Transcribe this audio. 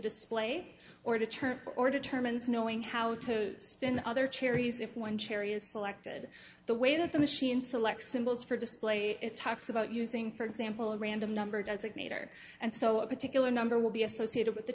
display or to turn or determines knowing how to spin other charities if one cherry is selected the way that the machine selects symbols for display it talks about using for example a random number designate or and so a particular number will be associated with the